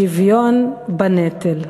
שוויון בנטל.